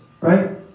right